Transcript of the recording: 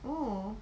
oo